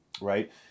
Right